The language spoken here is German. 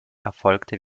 erfolgte